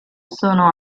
sono